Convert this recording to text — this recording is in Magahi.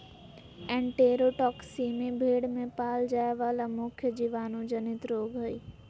एन्टेरोटॉक्सीमी भेड़ में पाल जाय वला मुख्य जीवाणु जनित रोग हइ